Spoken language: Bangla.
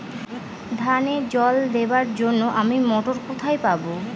ধানে জল দেবার জন্য আমি মটর কোথায় পাবো?